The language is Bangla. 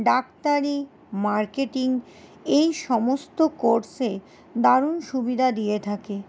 ডাক্তারি মার্কেটিং এই সমস্ত কোর্সে দারুন সুবিধা দিয়ে থাকে